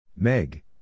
Meg